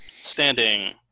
standing